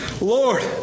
Lord